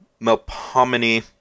Melpomene